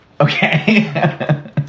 Okay